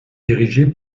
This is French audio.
dirigé